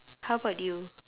how about you